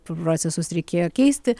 procesus reikėjo keisti